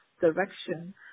direction